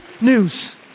news